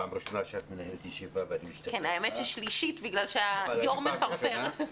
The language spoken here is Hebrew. פעם ראשונה שאת מנהלת ישיבה של ועדת החינוך.